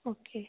okay